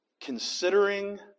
considering